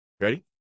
ready